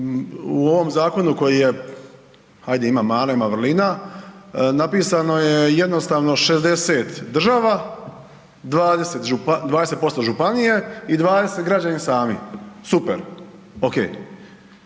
U ovom zakonu koji je ajde ima mana, ima vrlina, napisano je jednostavno 60 država, 20% županije i 20 građani sami, super, ok.